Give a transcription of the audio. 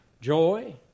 joy